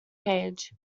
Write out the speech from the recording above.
cage